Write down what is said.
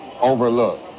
overlook